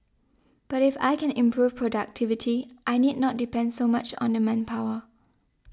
but if I can improve productivity I need not depend so much on the manpower